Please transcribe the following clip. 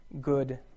good